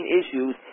issues